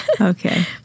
Okay